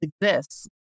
exists